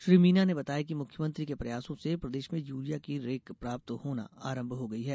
श्री मीना ने बताया कि मुख्यमंत्री के प्रयासों से प्रदेश में यूरिया की रेक प्राप्त होना आरंभ हो गई हैं